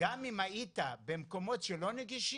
גם אם היית במקומות שהם לא נגישים,